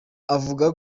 avuga